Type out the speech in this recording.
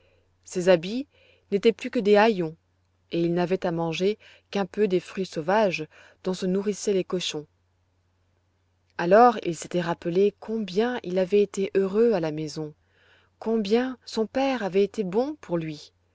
ses habits n'étaient plus que des haillons et il n'avait à manger qu'un peu des fruits sauvages dont se nourrissaient les cochons alors il s'était rappelé combien il avait été heureux à la maison combien son père avait été bon pour lui